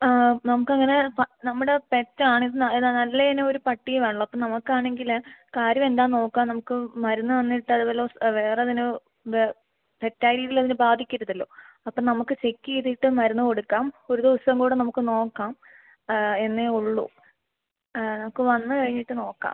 ആ നമുക്കങ്ങനെ നമ്മുടെ പെറ്റ് ആണിത് നല്ലയിനം ഒരു പട്ടിയും ആണല്ലോ അപ്പം നമുക്കാണെങ്കിൽ കാര്യം എന്താ നോക്കാം നമുക്ക് മരുന്ന് തന്നിട്ട് അത് വല്ലതും വേറെതിന് തെറ്റായ രീതിയിൽ അതിന് ബാധിക്കരുതല്ലോ അപ്പോൾ നമുക്ക് ചെക്ക് ചെയ്തിട്ട് മരുന്ന് കൊടുക്കാം ഒരു ദിവസം കൂടെ നമുക്ക് നോക്കാം എന്നേ ഉള്ളു നമുക്ക് വന്ന് കഴിഞ്ഞിട്ട് നോക്കാം